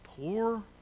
poor